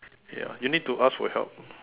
ya you need to ask for help